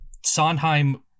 Sondheim